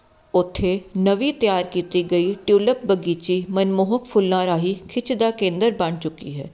ਉੱਥੇ ਨਵੀਂ ਤਿਆਰ ਕੀਤੀ ਗਈ ਟਿਊਲਿਪ ਬਗੀਚੀ ਮਨਮੋਹਕ ਫੁੱਲਾਂ ਰਾਹੀ ਖਿੱਚ ਦਾ ਕੇਂਦਰ ਬਣ ਚੁੱਕੀ ਹੈ